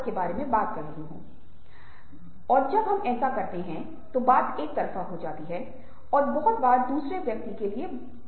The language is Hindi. अब ये पांच तत्व हैं जो आपको अधिक आनुभविक बनाते हैं क्योंकि आपके साथ शुरू करने के लिए आप अधिक अवधारणात्मक हो जाते हैं और फिर स्पष्ट रूप से अधिक समान हो जाते हैं